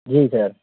जी sir